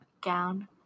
gown